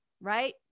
right